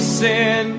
sin